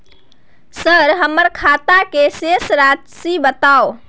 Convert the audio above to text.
Sir हमर खाता के शेस राशि बताउ?